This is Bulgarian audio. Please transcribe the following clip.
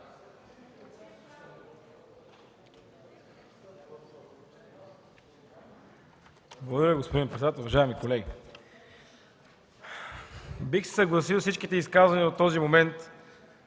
Благодаря, господин председател. Уважаеми колеги, бих се съгласил с всички изказвания до този момент